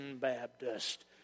Baptist